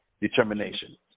determination